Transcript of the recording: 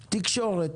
תקשורת,